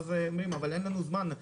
ואז אומרים: אבל אין לנו זמן,